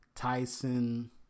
Tyson